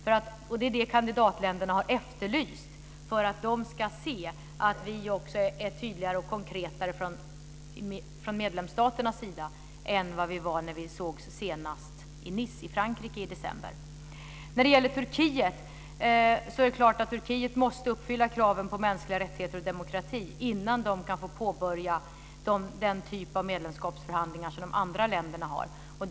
Det är det som kandidatländerna har efterlyst för att de ska se att vi också är tydligare och konkretare från medlemsstaternas sida än vi var när vi sågs senast, i Nice i Frankrike i december. När det gäller Turkiet så måste landet förstås uppfylla kraven på mänskliga rättigheter och demokrati innan det kan få påbörja den typ av medlemskapsförhandlingar som de andra länderna har.